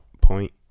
point